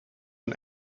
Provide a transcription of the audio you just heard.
een